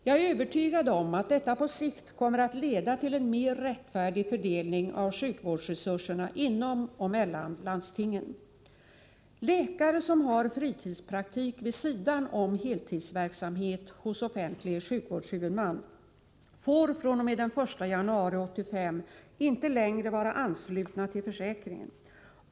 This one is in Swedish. Jag är övertygad om att detta på sikt kommer att leda till en mer rättfärdig fördelning av sjukvårdsresurserna inom och mellan landstingen. Läkare som har fritidspraktik vid sidan om heltidsverksamhet hos offentlig sjukvårdshuvudman får fr.o.m. den 1 januari 1985 inte längre vara anslutna till försäkringen.